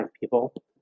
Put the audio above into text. people